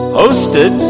hosted